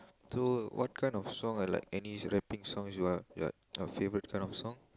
to what kind of song like any rapping song you had like her favourite kind of song